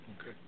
Okay